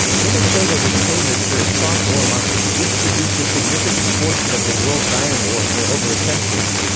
minnesota was famous for its soft-ore mines, which produced a significant portion of the world's iron ore for over a century.